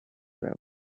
travel